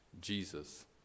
Jesus